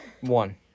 One